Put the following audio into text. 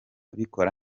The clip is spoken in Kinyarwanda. bikora